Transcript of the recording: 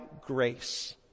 grace